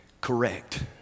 correct